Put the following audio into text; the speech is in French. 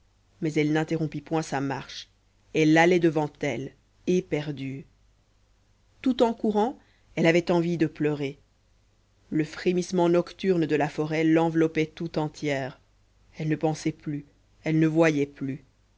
mais elle n'interrompit point sa marche elle allait devant elle éperdue tout en courant elle avait envie de pleurer le frémissement nocturne de la forêt l'enveloppait tout entière elle ne pensait plus elle ne voyait plus